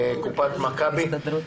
מכבי שירותי בריאות.